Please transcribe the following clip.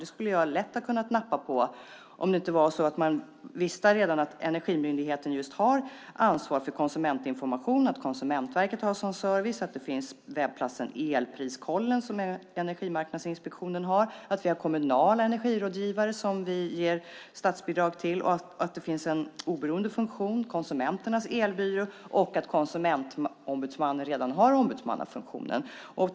Jag skulle lätt ha kunnat nappa på det om jag inte redan visste att Energimyndigheten har ansvaret för just konsumentinformation, att Konsumentverket har sådan service, att Energimarknadsinspektionens webbplats elpriskollen.se finns, att vi har kommunala energirådgivare som får statsbidrag, att det finns en oberoende funktion, Konsumenternas elbyrå, samt att Konsumentombudsmannen redan har en ombudsmannafunktion.